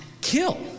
kill